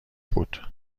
بود